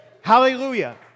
Hallelujah